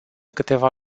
câteva